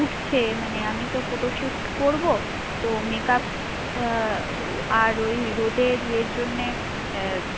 উঠছে মানে আমি তো ফটোশুট করবো তো মেক আপ আর ওই রোদের ইয়ের জন্যে